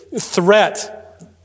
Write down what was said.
threat